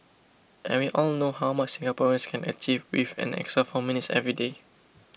and we all know how much Singaporeans can achieve with an extra four minutes every day